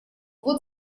вот